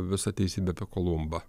visa teisybė apie kolumbą